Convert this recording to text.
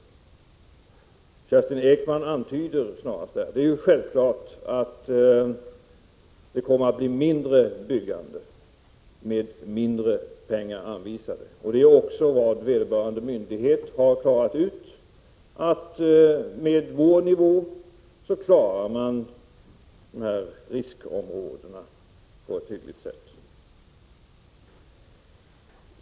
Kerstin Ekman antyder snarast här. Det är självklart att det kommer att bli mindre byggande med mindre pengar anvisade, och det är också vad vederbörande myndighet har klarat ut, nämligen att med vår nivå klarar man de här riskområdena på ett hyggligt sätt.